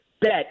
bet